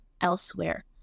elsewhere